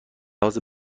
لحاظ